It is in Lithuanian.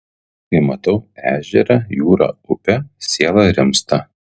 kai matau ežerą jūrą upę siela rimsta